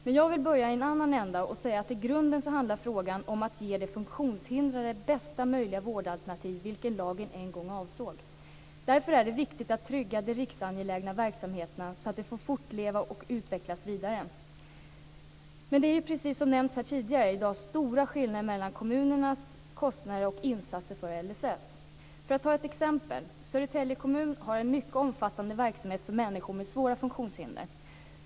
Men jag vill börja i en annan ända och säga att i grunden handlar frågan om att ge de funktionshindrade bästa möjliga vårdalternativ, vilket lagen en gång avsåg. Därför är det viktigt att trygga de riksangelägna verksamheterna så att de får fortleva och utvecklas vidare. Men det är, precis som har nämnts här tidigare, stora skillnader mellan kommunernas kostnader och insatser för LSS. För att ta ett exempel: Södertälje kommun har en mycket omfattande verksamhet för människor med svåra funktionshinder.